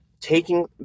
taking